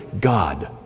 God